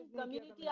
community